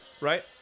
Right